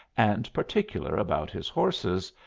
and particular about his horses,